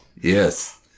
yes